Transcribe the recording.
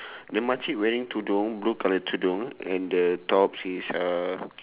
the makcik wearing tudung blue colour tudung and then the top is uh